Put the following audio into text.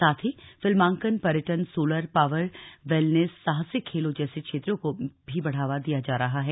साथ ही फिल्मांकन पर्यटन सोलर पावर वेलनेस साहसिक खेलों जैसे क्षेत्रों को भी बढ़ावा दिया जा रहा है